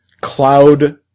cloud